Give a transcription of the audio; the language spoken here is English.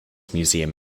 museum